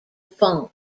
font